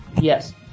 Yes